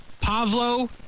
Pavlo